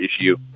issue